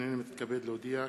הנני מתכבד להודיע,